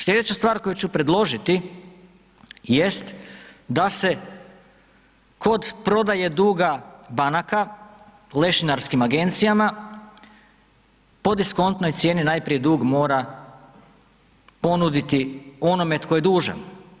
Slijedeća stvar koju ću predložiti jest da se kod prodaje duga banaka lešinarskim agencijama, po diskontnoj cijeni najprije dug mora ponuditi onome tko je dužan.